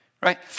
right